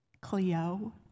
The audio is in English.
Cleo